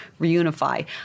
reunify